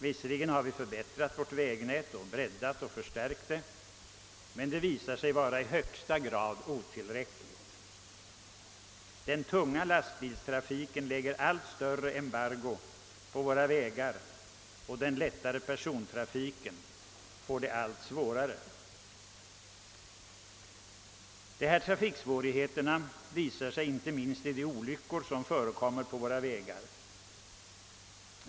Visserligen har vägnätet förbättrats — vägarna har breddats och förstärkts — men det har ändå visat sig vara i högsta grad otillräckligt. Den tunga lastbilstrafiken lägger allt större embargo på vägarna, medan den lätta persontrafiken får det allt besvärligare. Dessa trafiksvårigheter visar sig inte minst i de olyckor som timar på våra vägar.